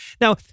Now